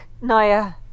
Naya